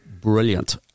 brilliant